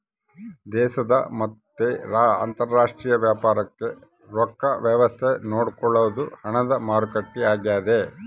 ದೇಶದ ಮತ್ತ ಅಂತರಾಷ್ಟ್ರೀಯ ವ್ಯಾಪಾರಕ್ ರೊಕ್ಕ ವ್ಯವಸ್ತೆ ನೋಡ್ಕೊಳೊದು ಹಣದ ಮಾರುಕಟ್ಟೆ ಆಗ್ಯಾದ